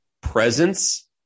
presence